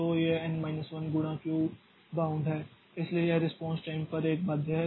तो N minus 1 गुणा Q bound है इसलिए यह रेस्पॉन्स टाइम पर एक बाध्य है